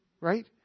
right